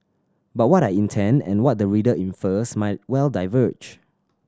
but what I intend and what the reader infers might well diverge